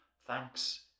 thanks